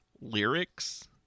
lyrics